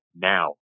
now